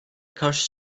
karşı